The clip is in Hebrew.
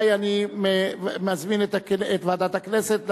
ואנחנו נעבור לדיון בוועדת הכנסת.